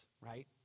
right